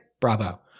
bravo